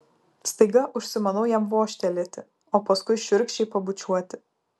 staiga užsimanau jam vožtelėti o paskui šiurkščiai pabučiuoti